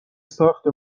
ساخت